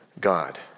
God